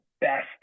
best